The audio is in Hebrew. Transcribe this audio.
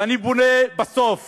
ואני פונה בסוף